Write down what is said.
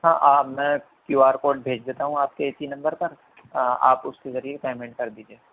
ہاں میں Q R code بھیج دیتا ہوں آپ کے اسی نمبر پر آپ اس کے ذریعے پیمنٹ کر دیجیے